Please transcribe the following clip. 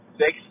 six